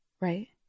right